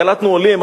קלטנו עולים,